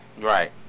Right